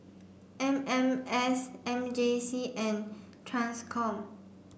M M S M J C and TRANSCOM